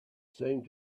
seemed